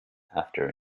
after